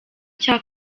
cya